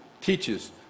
teaches